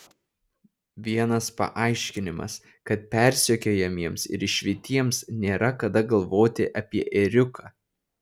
vienas paaiškinimas kad persekiojamiems ir išvytiems nėra kada galvoti apie ėriuką